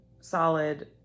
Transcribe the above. solid